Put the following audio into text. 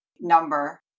number